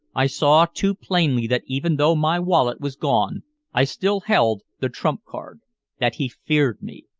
i saw too plainly that even though my wallet was gone i still held the trump-card that he feared me.